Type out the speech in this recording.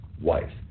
wife